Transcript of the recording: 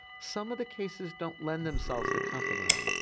some of the cases don't lend themselves to compromise.